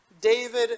David